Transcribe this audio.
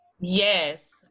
Yes